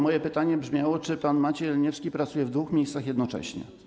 Moje pytanie brzmiało: Czy pan Maciej Jeleniewski pracuje w dwóch miejscach jednocześnie?